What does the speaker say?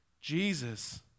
Jesus